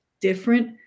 different